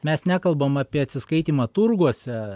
mes nekalbam apie atsiskaitymą turguose